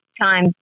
time